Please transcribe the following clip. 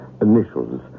initials